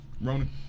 Ronan